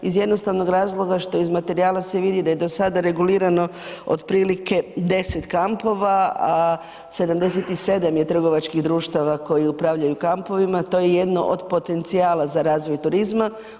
Iz jednostavnog razloga što se iz materijala vidi da je do sada regulirano otprilike deset kampova, a 77 je trgovačkih društava koji upravljaju kampovima, to je jedno od potencijala za razvoj turizma.